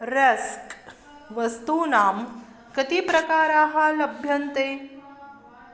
rusk वस्तूनां कति प्रकाराः लभ्यन्ते